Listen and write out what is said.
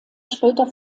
später